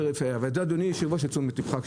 וזה, היושב-ראש, לתשומת לבך.